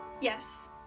Yes